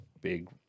big